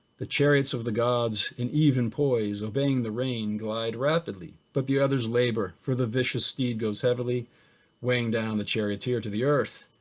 the chariots of the gods in even poise obeying the rain glide rapidly, but the others labor for the vicious egos heavily weighing down the charioteer to the earth.